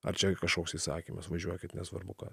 ar čia ir kažkoks įsakymas važiuokit nesvarbu ką